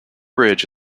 bridge